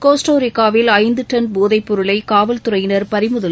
Costa ரிகாவில் ஐந்து ton போதைப் பொருளை காவல்துறையினா் பறிமுதல்